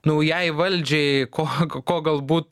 naujai valdžiai ko ko galbūt